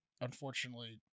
unfortunately